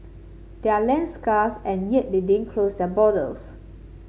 they are land scarce and yet they didn't close their